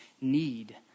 need